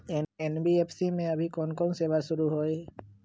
NBFC में अभी कोन कोन सेवा शुरु हई?